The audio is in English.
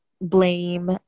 blame